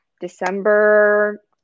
December